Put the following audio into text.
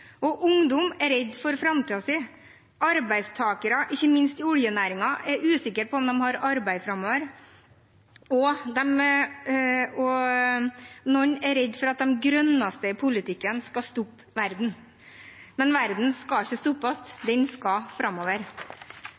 for. Ungdom er redde for framtiden sin. Arbeidstakere, ikke minst i oljenæringen, er usikre på om de har arbeid framover, og noen er redde for at de grønneste i politikken skal stoppe verden. Men verden skal ikke stoppes; den skal framover.